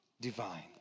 divine